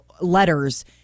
letters